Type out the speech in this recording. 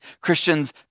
Christians